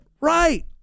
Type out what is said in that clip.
right